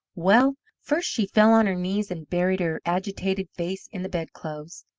well, first she fell on her knees and buried her agitated face in the bedclothes.